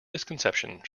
misconception